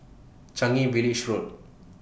Changi Village Road